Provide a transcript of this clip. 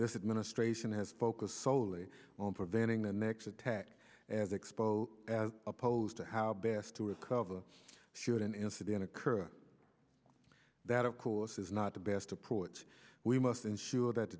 this administration has focused solely on preventing the next attack and expose as opposed to how best to recover should an incident occur that of course is not the best approach we must ensure that